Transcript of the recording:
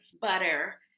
butter